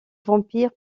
vampire